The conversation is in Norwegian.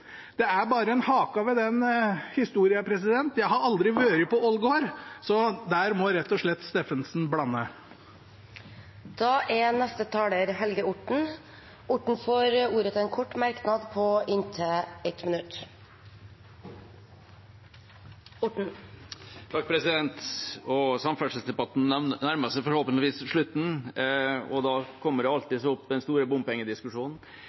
Det er bare en hake ved den historien: Jeg har aldri vært på Ålgård. Så der må rett og slett Steffensen blande. Representanten Helge Orten har hatt ordet to ganger tidligere og får ordet til en kort merknad, begrenset til 1 minutt. Samferdselsdebatten nærmer seg forhåpentligvis slutten, og da kommer alltid den store bompengediskusjonen